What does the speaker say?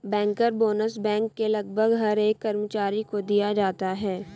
banker bonus bank के लगभग हर एक कर्मचारी को दिया जाता है